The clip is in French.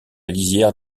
lisière